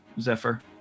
Zephyr